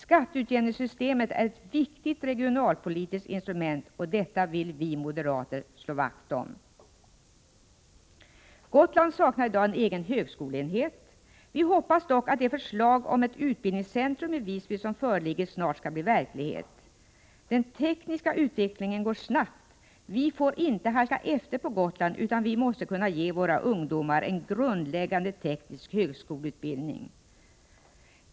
Skatteutjämningssystemet är ett viktigt regionalpolitiskt instrument, och detta vill vi moderater slå vakt om. Gotland saknar i dag en egen högskoleenhet. Vi hoppas dock att det förslag om ett utbildningscentrum i Visby som föreligger snart skall bli verklighet. Den tekniska utvecklingen går snabbt. Vi får inte halka efter på Gotland, utan vi måste kunna ge våra ungdomar en grundläggande teknisk högskoleutbildning.